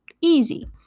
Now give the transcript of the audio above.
Easy